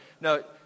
no